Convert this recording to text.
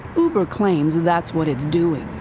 uber claims that's what it's doing.